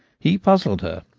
he puzzled her,